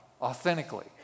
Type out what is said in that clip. authentically